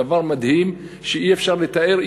דבר מדהים שאי-אפשר לתאר,